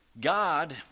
God